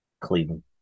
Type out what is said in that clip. Cleveland